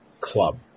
club